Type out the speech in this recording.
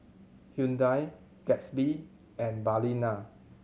Hyundai Gatsby and Balina